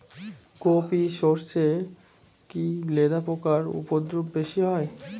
কোপ ই সরষে কি লেদা পোকার উপদ্রব বেশি হয়?